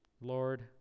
Lord